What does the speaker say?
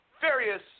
various